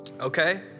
okay